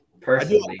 personally